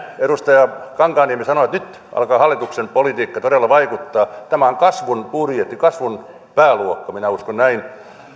edustaja kankaanniemi sanoi nyt alkaa hallituksen politiikka todella vaikuttaa tämä on kasvun budjetti kasvun pääluokka minä uskon näin